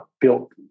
built